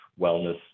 wellness